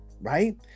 Right